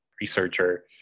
researcher